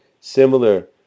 similar